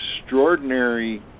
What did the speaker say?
extraordinary